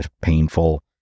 painful